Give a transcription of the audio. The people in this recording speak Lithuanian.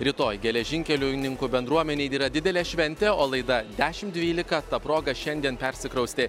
rytoj geležinkeliuininkų bendruomenei yra didelė šventė o laida dešim dvylika ta proga šiandien persikraustė